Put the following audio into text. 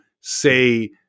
say